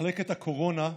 מחלת הקורונה,